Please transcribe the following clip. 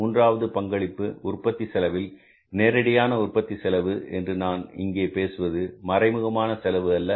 மூன்றாவது பங்களிப்பு உற்பத்தி செலவில் நேரடியான உற்பத்தி செலவு என்று நான் இங்கே பேசுவது மறைமுகமான செலவு அல்ல